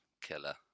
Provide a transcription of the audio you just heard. killer